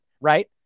right